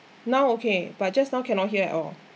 now okay but just now cannot hear at all